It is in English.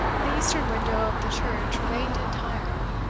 the eastern window of the church remained entire,